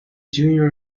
junior